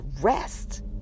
rest